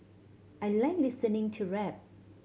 I like listening to rap